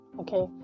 okay